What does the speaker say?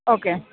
okay